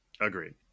Agreed